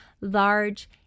large